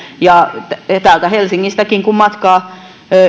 kun täältä helsingistäkin matkaa